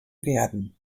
werden